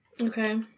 Okay